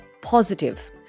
positive